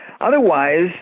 Otherwise